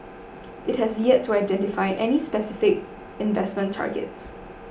it has yet to identify any specific investment targets